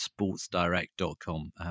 sportsdirect.com